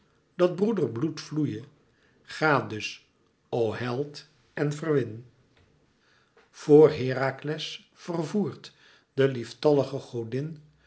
dat broederbloed vloeie ga dus o held en verwin vor herakles vervoerd de lieftallige godin